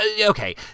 okay